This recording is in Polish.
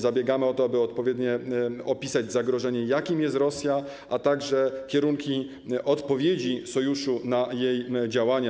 Zabiegamy o to, aby odpowiednio opisać zagrożenie, jakim jest Rosja, a także kierunki odpowiedzi Sojuszu na jej działania.